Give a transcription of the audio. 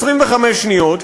25 שניות,